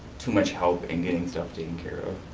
too much help in getting stuff taken care of.